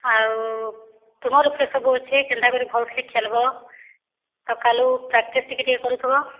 ଆଉ ତୁମର୍ ଉପରେ ସବୁ ଅଛେ କେନ୍ତା କରି ଭଲ୍ସେ ଖେଲ୍ବ ସକାଲୁ ପ୍ରାକ୍ଟିସ୍ ଟିକେ ଟିକେ କରୁଥିବ